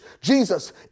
Jesus